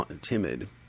timid